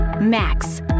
max